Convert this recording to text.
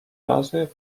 razy